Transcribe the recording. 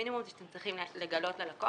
המינימום הוא שאתם צריכים לגלות ללקוח.